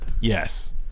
Yes